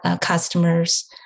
customers